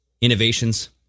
innovations